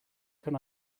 can